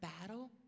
battle